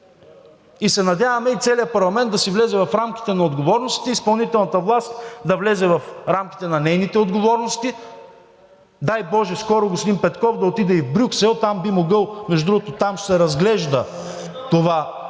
Надяваме се целият парламент да си влезе в рамките на отговорностите, а изпълнителната власт да влезе в рамките на нейните отговорности. Дай боже скоро господин Петков да отиде и в Брюксел. Там би могъл – между другото, там ще се разглежда този въпрос